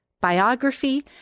biography